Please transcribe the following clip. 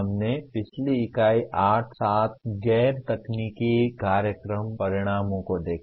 हमने पिछली इकाई 8 सात गैर तकनीकी कार्यक्रम परिणामों को देखा